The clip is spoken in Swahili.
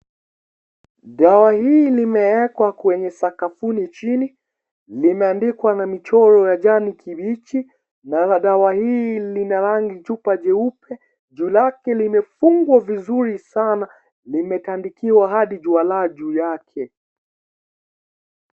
Dawa hii limeekwa kwenye sakafuni chini, limeandikwa na michoro ya janikibichi, na la dawa hii lina rangi chupa jeupe, juu lake limefungwa vizuri sana, limetandikiwa hadi juala juu yake.